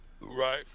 Right